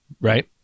Right